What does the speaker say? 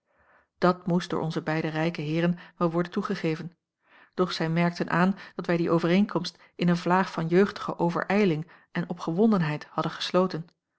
delen moest door onze beide rijke heeren wel worden toegegeven doch zij merkten aan dat wij die overeenkomst in een vlaag van jeugdige overijling en opgewondenheid hadden gesloten